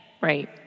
Right